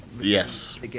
Yes